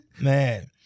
Man